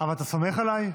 אבל אתה סומך עליי?